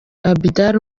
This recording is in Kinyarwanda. abidal